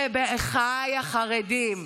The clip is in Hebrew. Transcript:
אחייך החרדים,